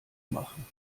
machen